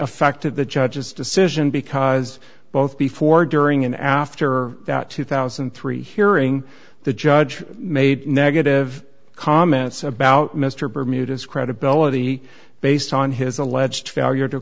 affected the judge's decision because both before during and after that two thousand and three hearing the judge made negative comments about mr bermuda's credibility based on his alleged failure to